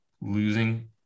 losing